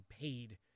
paid